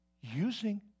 using